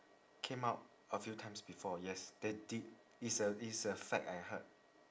came out a few times before yes there did it's a it's a fact I heard